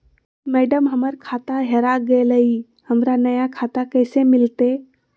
madam, हमर खाता हेरा गेलई, हमरा नया खाता कैसे मिलते